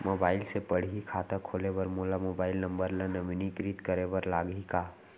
Mobile से पड़ही खाता खोले बर मोला मोबाइल नंबर ल नवीनीकृत करे बर लागही का?